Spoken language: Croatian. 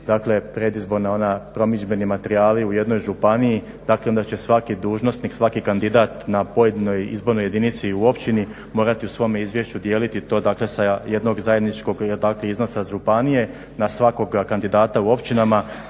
predizborni materijal u jednoj županiji dakle onda će svaki dužnosnik, svaki kandidat na pojedinoj izbornoj jedinici u općini morati u svome izvješću dijeliti to dakle sa jednog zajedničkog iznosa županije na svakoga kandidata u općinama,